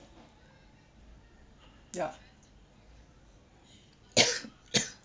yup